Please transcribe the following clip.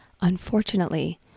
Unfortunately